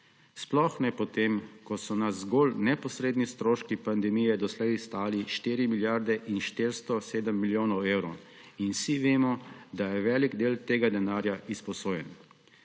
sploh ne, potem ko so nas zgolj neposredni stroški pandemije doslej stali 4 milijarde in 407 milijonov evrov in vsi vemo, da je velik del tega denarja izposojen.